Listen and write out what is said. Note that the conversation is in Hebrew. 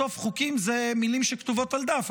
בסוף חוקים זה מילים שכתובות על דף,